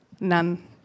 None